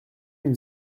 une